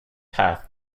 path